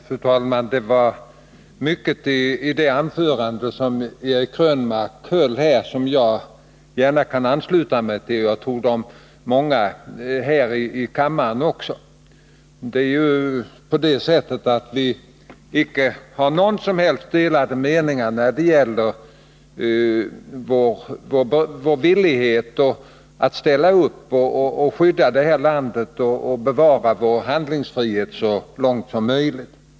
Fru talman! Det är mycket i det anförande som Eric Krönmark höll som jag gärna kan ansluta mig till, och jag tror att många andra här i kammaren kan göra det också. Vi har ju inte några som helst delade meningar när det gäller vår villighet att ställa upp och skydda det här landet och att bevara vår handlingsfrihet så långt som möjligt.